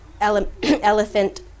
Elephant